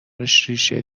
ریشه